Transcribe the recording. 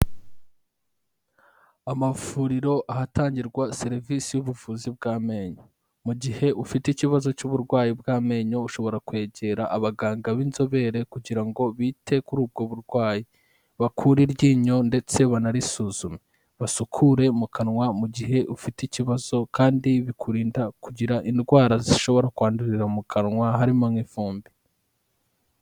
Amavuriro ahatangirwa serivisi y'ubuvuzi bw'amenyo. Mu gihe ufite ikibazo cy'uburwayi bw'amenyo ushobora kwegera abaganga b'inzobere kugira ngo bite kuri ubwo burwayi, bakure iryinyo ndetse banarisuzume, basukure mu kanwa mu gihe ufite ikibazo kandi bikurinda kugira indwara zishobora kwandurira mu kanwa harimo nk'ifumbi.